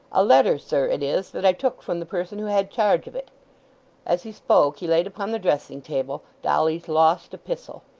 a letter, sir, it is, that i took from the person who had charge of it as he spoke, he laid upon the dressing-table, dolly's lost epistle.